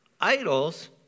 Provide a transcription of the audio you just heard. idols